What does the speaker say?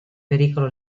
pericolo